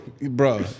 bro